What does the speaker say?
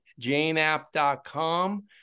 janeapp.com